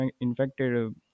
infected